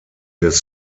des